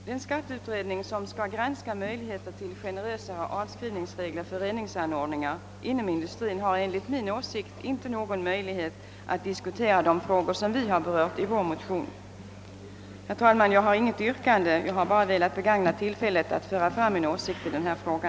Den skatteutredning som skall granska möjligheterna till generösare avskrivningsregler för reningsanordningar inom industrin har enligt min åsikt inte någon möjlighet att diskutera de frågor vi har berört i vår motion. Herr talman! Jag har inget yrkande. Jag har bara velat begagna tillfället ati framföra min åsikt i denna fråga.